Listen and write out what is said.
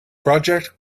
project